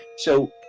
so